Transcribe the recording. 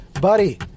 buddy